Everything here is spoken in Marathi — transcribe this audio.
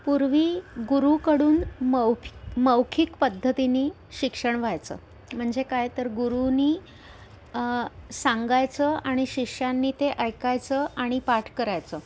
पूर्वी गुरुकडून मौख् मौखिक पद्धतीने शिक्षण व्हायचं म्हणजे काय तर गुरुनी सांगायचं आणि शिष्यांनी ते ऐकायचं आणि पाठ करायचं